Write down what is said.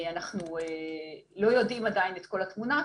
אנחנו לא יודעים עדיין את כל התמונה.